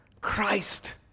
Christ